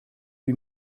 lui